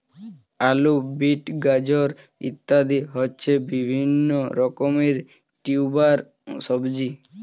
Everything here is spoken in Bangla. আলু, বিট, গাজর ইত্যাদি হচ্ছে বিভিন্ন রকমের টিউবার সবজি